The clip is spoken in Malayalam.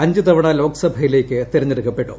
അഞ്ച് തവണ ലോക്സഭയിലേക്ക് തിരഞ്ഞെടുക്കപ്പെട്ടു